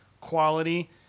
quality